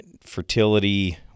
Fertility